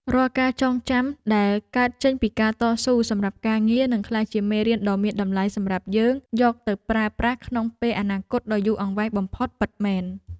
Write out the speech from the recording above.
រាល់ការចងចាំដែលកើតចេញពីការតស៊ូសម្រាប់ការងារនឹងក្លាយជាមេរៀនដ៏មានតម្លៃសម្រាប់យើងយកទៅប្រើប្រាស់ក្នុងពេលអនាគតដ៏យូរអង្វែងបំផុតពិតមែន។